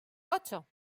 ocho